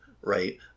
right